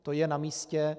To je namístě.